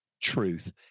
Truth